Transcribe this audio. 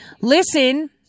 listen